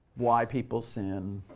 why people sin,